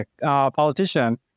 politician